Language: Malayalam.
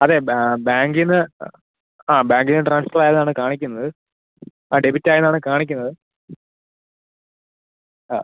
അതെ ബാങ്കിൽനിന്ന് ആ ബാങ്കിൽനിന്ന് ട്രാൻസ്ഫറായെന്നാണ് കാണിക്കുന്നത് ആ ഡെബിറ്റായെന്നാണ് കാണിക്കുന്നത് ആ